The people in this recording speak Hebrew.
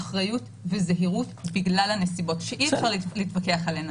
אחריות וזהירות בגלל הנסיבות שאי-אפשר להתווכח עליהן,